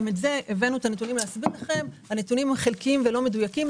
הבאנו את הנתונים והם חלקיים ולא מדויקים.